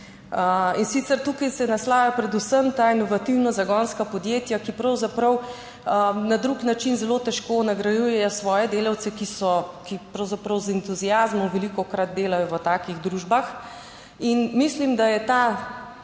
in sicer tukaj se naslavlja predvsem ta inovativna zagonska podjetja, ki pravzaprav na drug način zelo težko nagrajujejo svoje delavce, ki so, ki pravzaprav z entuziazmom velikokrat delajo v takih družbah in mislim, da je ta